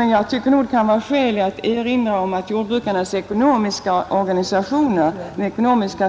Det är emellertid skäl att erinra om att jordbrukarnas ekonomiska